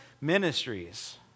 Ministries